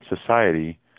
society